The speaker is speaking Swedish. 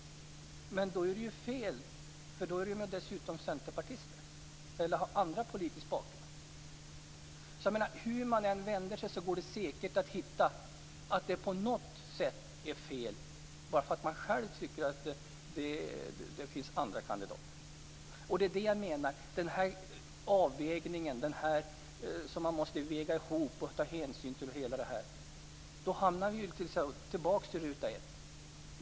Men då har felet varit att de har varit centerpartister eller haft annan politisk bakgrund. Hur regeringen än vänder sig går det säkert att hitta något fel - bara för att man själv anser att det finns andra kandidater. Avvägningar och hänsyn gör att vi hamnar på ruta 1 igen.